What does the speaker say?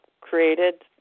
created